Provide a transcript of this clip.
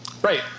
Right